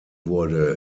wurde